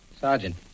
Sergeant